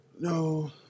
no